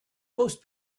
most